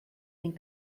einen